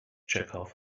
chekhov